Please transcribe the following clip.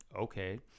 Okay